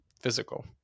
physical